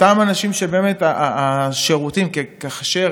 אותם אנשים שבאמת השירותים, כאשר